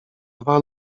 dwa